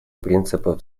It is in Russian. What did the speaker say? принципов